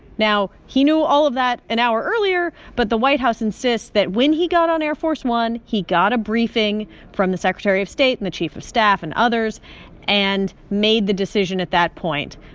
now, he knew all of that an hour earlier. but the white house insists that when he got on air force one, he got a briefing from the secretary of state and the chief of staff and others and made the decision at that point.